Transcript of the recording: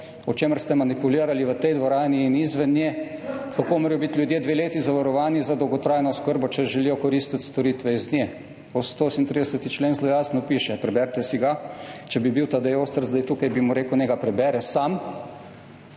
o čemer ste manipulirali v tej dvorani in izven nje – kako morajo biti ljudje dve leti zavarovani za dolgotrajno oskrbo, če želijo koristiti storitve iz nje. V 138. členu zelo jasno piše – preberite si ga, če bi bil Tadej Ostrc zdaj tukaj, bi mu rekel, naj ga prebere sam